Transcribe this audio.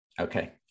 Okay